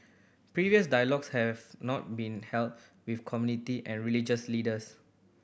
previous dialogues have not been held with community and religious leaders